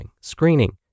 screening